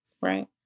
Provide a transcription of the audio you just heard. Right